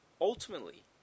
Ultimately